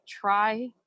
try